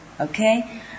Okay